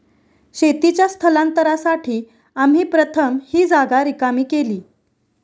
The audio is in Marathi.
शेतीच्या स्थलांतरासाठी आम्ही प्रथम ही जागा रिकामी केली